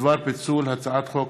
בדבר פיצול הצעת חוק